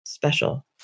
special